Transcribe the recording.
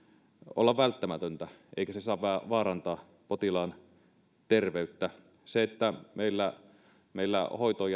olla välttämätöntä eikä se saa vaarantaa potilaan terveyttä se että meillä jätetään hakeutumatta hoitoon